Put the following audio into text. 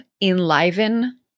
enliven